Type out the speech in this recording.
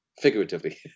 figuratively